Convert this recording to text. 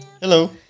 hello